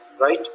Right